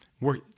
work